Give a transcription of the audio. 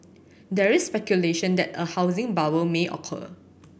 there is speculation that a housing bubble may occur